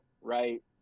right